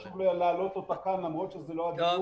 חשוב להעלות אותה כאן למרות שזה לא הדיון.